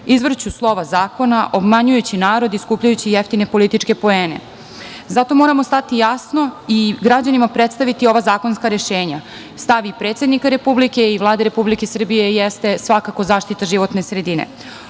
izvrću slova zakona, obmanjujući narod i skupljajući jeftine političke poene. Zato moramo stati jasno i građanima predstaviti ova zakonska rešenja. Stav i predsednika Republike i Vlade Republike Srbije jeste svakako zaštita životne sredine.